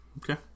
Okay